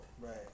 Right